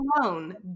alone